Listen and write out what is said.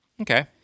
Okay